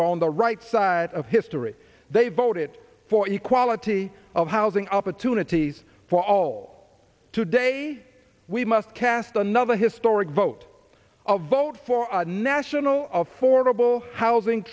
one on the right side of history they voted for equality of housing opportunities for all today we must cast another his sturrock vote a vote for a national affordable housing